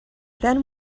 then